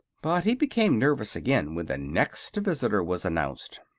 but he became nervous again when the next visitor was announced.